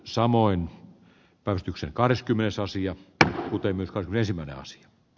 samoin päivityksen hyvä asia tähän uuteen uskoon olisimme jos d